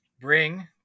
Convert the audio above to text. bring